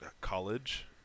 college